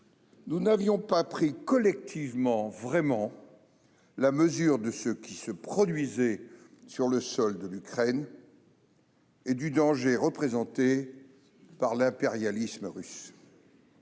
nous n'avions pas pris, collectivement, la véritable mesure de ce qui se produisait sur le sol de l'Ukraine et du danger représenté par l'impérialisme russe.